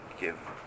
give